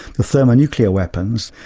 the thermonuclear weapons,